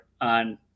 on